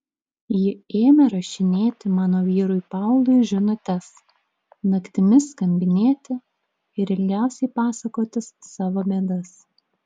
ji ėmė rašinėti mano vyrui paului žinutes naktimis skambinėti ir ilgiausiai pasakotis savo bėdas